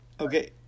Okay